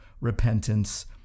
repentance